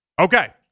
Okay